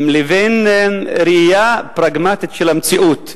לבין ראייה פרגמטית של המציאות.